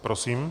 Prosím.